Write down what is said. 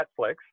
Netflix